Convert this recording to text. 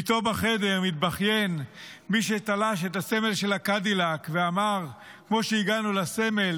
ואיתו בחדר מתבכיין מי שתלש את הסמל של הקדילק ואמר: כמו שהגענו לסמל,